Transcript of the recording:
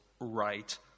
right